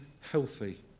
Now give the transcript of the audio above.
healthy